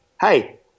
hey